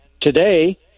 today